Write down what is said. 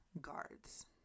guards